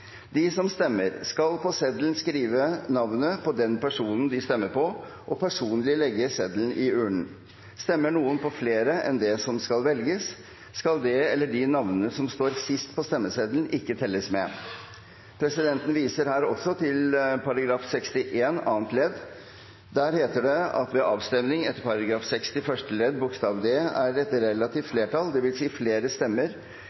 de personene de stemmer på og personlig legge seddelen i urnen. Stemmer noen på flere enn det skal velges, skal det eller de navnene som står sist på stemmeseddelen, ikke telles med.» Presidenten viser her også til § 61 annet ledd. Der heter det: «Ved avstemning etter § 60 første ledd bokstav d er et relativt flertall, dvs. flere stemmer